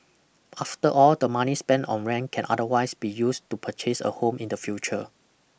after all the money spent on rent can otherwise be used to purchase a home in the future